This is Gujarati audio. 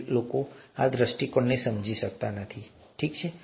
ઘણા લોકો આ દૃષ્ટિકોણને સમજી શકતા નથી તે ઠીક છે